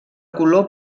color